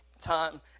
Time